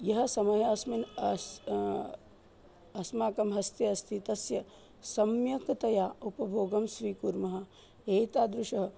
यः समयः अस्मिन् अस् अस्माकं हस्ते अस्ति तस्य सम्यक्तया उपभोगं स्वीकुर्मः एतादृशः